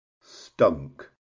stunk